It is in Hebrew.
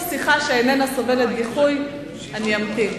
אם זו שיחה שאיננה סובלת דיחוי, אני אמתין.